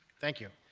thank you.